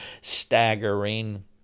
staggering